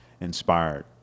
inspired